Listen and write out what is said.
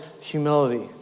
humility